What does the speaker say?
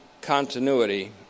continuity